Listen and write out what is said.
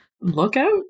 lookout